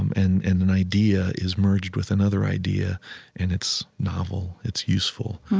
um and and an idea is merged with another idea and it's novel, it's useful,